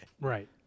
Right